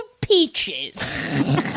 Peaches